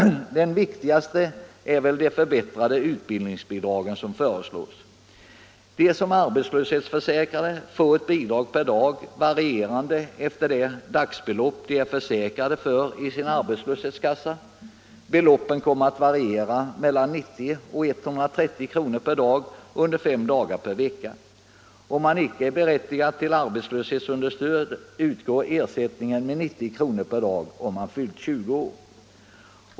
Den viktigaste är de förbättrade utbildningsbidrag som föreslås. De som är arbetslöshetsförsäkrade får ett bidrag per dag varierande efter det dagsbelopp de är försäkrade för i sin arbetslöshetskassa. Beloppen kommer att variera mellan 90 och 130 kr. om dagen under fem dagar per vecka. Är man icke berättigad till arbetslöshetsunderstöd utgår ersättningen med 90 kr. per dag, om man fyllt 20 år.